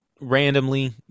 randomly